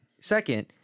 second